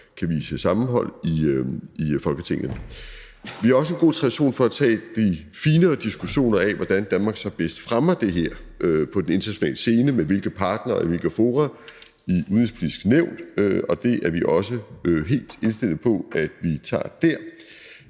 kan vise sammenhold i Folketinget. Vi har også god tradition for at tage de finere diskussioner af, hvordan Danmark så bedst fremmer det her på den internationale scene, med hvilket partnere og i hvilke fora, i Det Udenrigspolitiske Nævn, og det er vi også helt indstillet på at vi tager der.